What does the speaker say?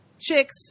chicks